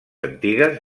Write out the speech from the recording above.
antigues